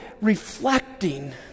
reflecting